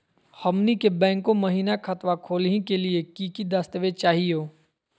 हमनी के बैंको महिना खतवा खोलही के लिए कि कि दस्तावेज चाहीयो?